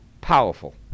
powerful